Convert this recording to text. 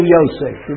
Yosef